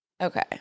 okay